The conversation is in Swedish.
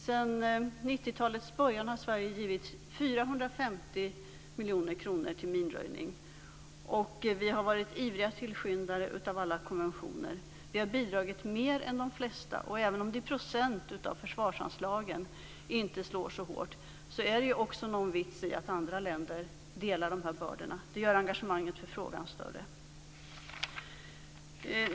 Sedan 90-talets början har Sverige givit 450 miljoner kronor till minröjning. Vi har varit ivriga tillskyndare av alla konventioner. Vi har bidragit mer än de flesta. Även om detta i procent av försvarsanslagen inte slår så hårt, är det en vits att andra länder delar bördorna. Det gör engagemanget för frågan större.